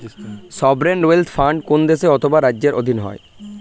sovereign wealth fund কোন দেশ অথবা রাজ্যের অধীনে হয়